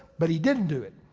but he didn't do it.